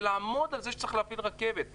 ולעמוד על זה שצריך להפעיל רכבת,